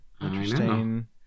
Interesting